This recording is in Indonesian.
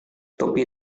topi